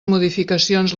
modificacions